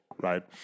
right